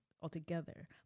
altogether